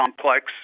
complex